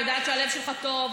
אני יודעת שהלב שלך טוב,